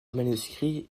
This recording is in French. manuscrit